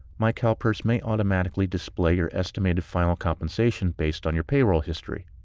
mycalpers may automatically display your estimated final compensation based on your payroll history.